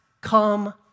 come